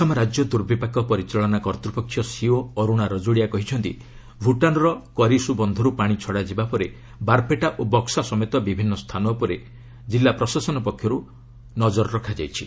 ଆସାମ ରାଜ୍ୟ ଦୁର୍ବିପାକ ପରିଚାଳନା କର୍ତ୍ତ୍ୱପକ୍ଷ ସିଇଓ ଅରୁଣା ରାଜୋଡିଆ କହିଛନ୍ତି ଭୁଟାନର କୁରିସୁ ବନ୍ଧରୁ ପାଣି ଛଡାଯିବା ପରେ ବାରପେଟା ଓ ବକ୍ୱା ସମେତ ବିଭିନ୍ନ ସ୍ଥାନ ଉପରେ କିଲ୍ଲା ପ୍ରଶାସନ ପକ୍ଷରୁ ନଜର ରଖାଯାଇଛି